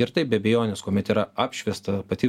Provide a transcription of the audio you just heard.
ir taip be abejonės kuomet yra apšviesta pati